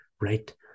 right